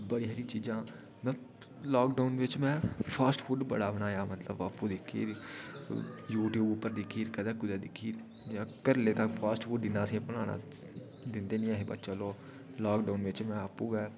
बड़ी हारी चीज़ां में लॉकडाउन बिच में फास्ट फूड बड़ा बनाया मतलब आपूं दिक्खियै बी यूट्यूब पर दिक्खी कदें कुदै दिक्खी ते घधरै आह्लें ते फास्ट फूड असें बनाना दिंदे नेहें बाऽ चलो लॉकडाउन बिच में आपूं गै